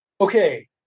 Okay